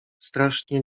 strasznie